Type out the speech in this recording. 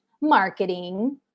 marketing